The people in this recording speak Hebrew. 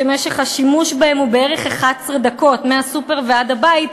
ומשך השימוש בהן הוא בערך 11 דקות מהסופר ועד הבית,